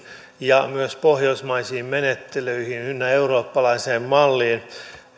ja myös pohjoismaisiin menettelyihin ynnä eurooppalaiseen malliin en